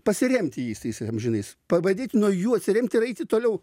pasiremti jais tais amžinais pabandyti nuo jų atsiremti ir eiti toliau